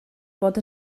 bod